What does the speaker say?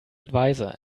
adviser